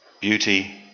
beauty